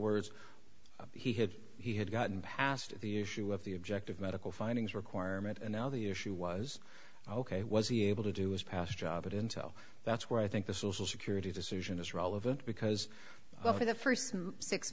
words he had he had gotten past the issue of the objective medical findings requirement and now the issue was ok was he able to do is pass a job at intel that's where i think the social security decision is relevant because for the first six